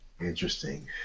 Interesting